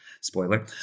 Spoiler